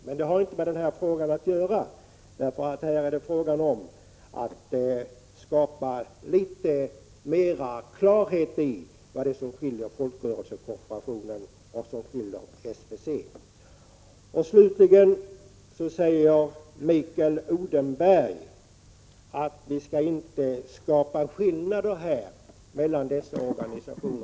Men det har inte med den aktuella frågan att göra, för här handlar det om att skapa litet mer klarhet i vad det är som skiljer folkrörelsekooperationen och SBC. Mikael Odenberg säger att vi inte skall skapa skillnader mellan dessa organisationer.